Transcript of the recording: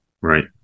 Right